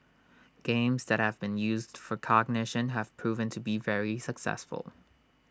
games that have been used for cognition have proven to be very successful